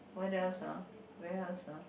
what else ah where else ah